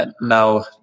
now